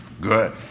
Good